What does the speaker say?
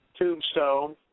Tombstone